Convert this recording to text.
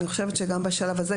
אני חושבת שגם בשלב הזה,